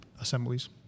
assemblies